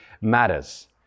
matters